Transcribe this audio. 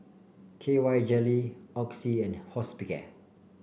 K Y Jelly Oxy and Hospicare